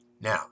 Now